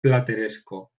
plateresco